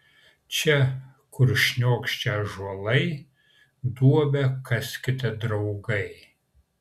čia kur šniokščia ąžuolai duobę kaskite draugai